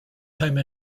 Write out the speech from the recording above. time